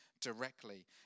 directly